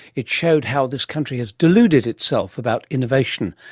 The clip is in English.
it showed how this country has deluded itself about innovation,